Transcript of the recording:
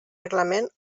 reglament